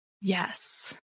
yes